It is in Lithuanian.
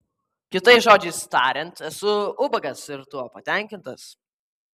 kitais žodžiais tariant esu ubagas ir tuo patenkintas